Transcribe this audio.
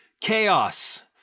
Chaos